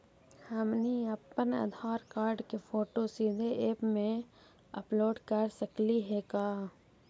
हमनी अप्पन आधार कार्ड के फोटो सीधे ऐप में अपलोड कर सकली हे का?